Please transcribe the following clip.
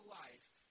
life